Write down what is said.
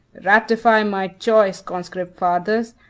ratify my choice, conscript fathers,